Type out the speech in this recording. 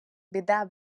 біда